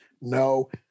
No